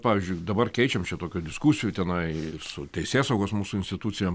pavyzdžiui dabar keičiam čia tokių diskusijų tenai su teisėsaugos mūsų institucijom